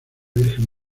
virgen